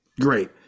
Great